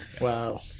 Wow